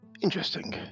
Interesting